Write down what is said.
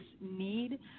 need